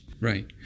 Right